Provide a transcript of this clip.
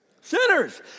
sinners